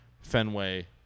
Fenway